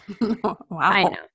Wow